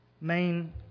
main